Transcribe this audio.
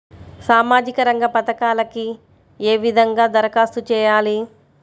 సామాజిక రంగ పథకాలకీ ఏ విధంగా ధరఖాస్తు చేయాలి?